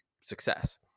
success